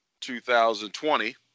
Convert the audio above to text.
2020